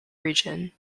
region